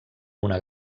una